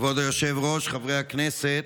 כבוד היושב-ראש, חברי הכנסת,